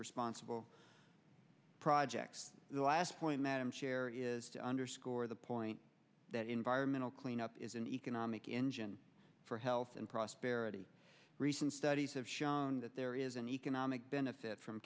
responsible projects the last point madam chair is to underscore the point that environmental cleanup is an economic engine for health and prosperity recent studies have shown that there is an economic benefit from